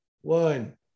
One